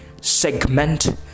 segment